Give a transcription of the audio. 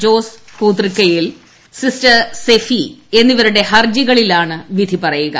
Jose Puthrikkayil sister Sephy എന്നിവരുടെ ഹർജികളിലാണ് വിധി പറയുക